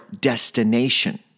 destination